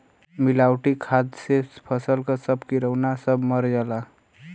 मिलावटी खाद से फसल क सब किरौना सब मर जाला